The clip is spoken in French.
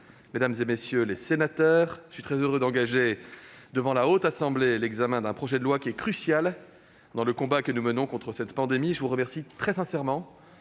mesdames, messieurs les sénateurs, je suis très heureux d'engager devant la Haute Assemblée l'examen d'un projet de loi crucial dans le combat que nous menons contre cette pandémie. Je vous remercie très sincèrement